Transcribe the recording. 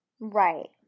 Right